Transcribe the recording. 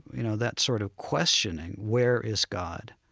you know, that sort of questioning where is god?